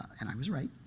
and i was right.